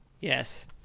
Yes